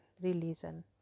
religion